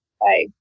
Bye